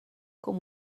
com